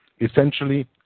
Essentially